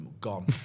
gone